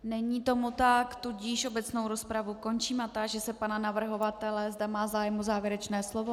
Není tomu tak, tudíž obecnou rozpravu končím a táži se pana navrhovatele, zda má zájem o závěrečné slovo.